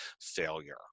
failure